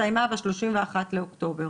הסתיימה ב-31 באוקטובר.